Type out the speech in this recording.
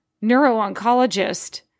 neuro-oncologist